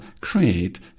create